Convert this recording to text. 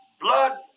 blood